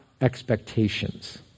expectations